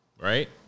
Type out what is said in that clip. right